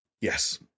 Yes